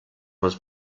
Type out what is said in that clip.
was